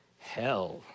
hell